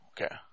Okay